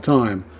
time